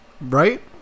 right